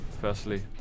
firstly